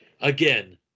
Again